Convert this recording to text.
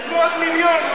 600 מיליון,